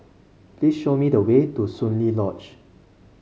please show me the way to Soon Lee Lodge